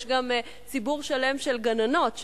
יש גם ציבור שלם של גננות,